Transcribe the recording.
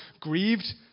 grieved